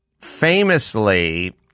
Famously